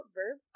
verb